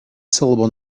syllable